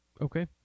Okay